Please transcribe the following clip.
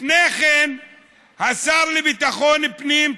לפני כן השר לביטחון פנים,